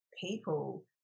people